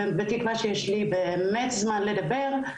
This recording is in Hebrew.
בתקווה שיש לי באמת זמן לדבר,